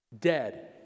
Dead